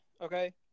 okay